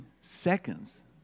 seconds